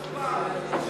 אבל לא שמענו את התשובה.